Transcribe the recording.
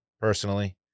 personally